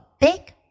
Big